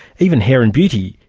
even hair and beauty,